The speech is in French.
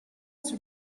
sur